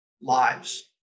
lives